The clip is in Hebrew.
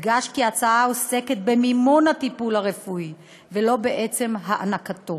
יודגש כי ההצעה עוסקת במימון הטיפול הרפואי ולא בעצם הענקתו".